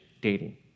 dating